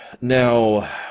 Now